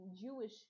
Jewish